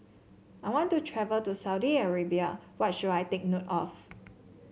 I want to travel to Saudi Arabia what should I take a note of